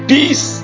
Peace